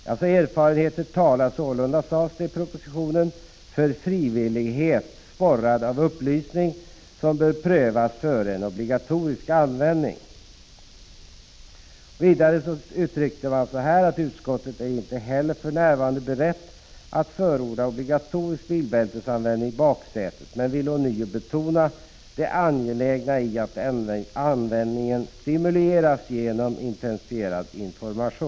Dessutom underströks att erfarenheten sålunda talade för att frivillighet, sporrad av upplysning, borde prövas före en obligatorisk användning. Inte heller utskottet var berett att förorda obligatorisk bilbältesanvändning i baksätet, men ville ånyo betona det angelägna i att användningen stimulerades genom intensifierad information.